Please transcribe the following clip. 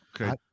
Okay